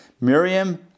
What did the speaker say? Miriam